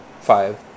five